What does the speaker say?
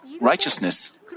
righteousness